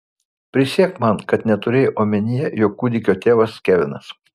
prisiek man kad neturėjai omenyje jog kūdikio tėvas kevinas